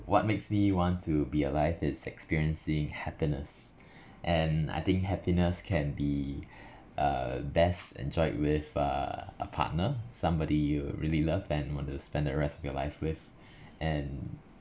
what makes me want to be alive is experiencing happiness and I think happiness can be uh best enjoyed with uh a partner somebody you really love and want to spend the rest of your life with and